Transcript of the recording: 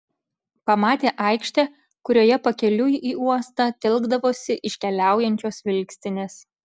pamatė aikštę kurioje pakeliui į uostą telkdavosi iškeliaujančios vilkstinės